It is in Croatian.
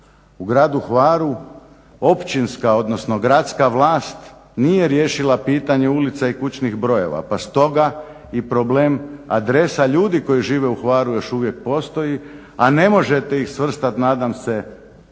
U gradu Hvaru, općinska, odnosno gradska vlast nije riješila pitanje ulica i kućnih brojeva pa stoga i problem adresa ljudi koji žive u Hvaru još uvijek postoji, a ne možete ih svrstati nadam se